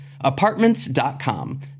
Apartments.com